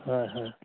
হয় হয়